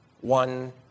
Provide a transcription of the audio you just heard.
one